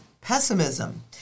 pessimism